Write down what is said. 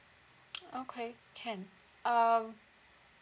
okay can um